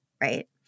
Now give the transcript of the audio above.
right